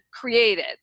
created